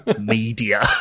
media